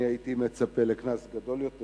אני הייתי מצפה לקנס גדול יותר,